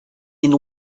meine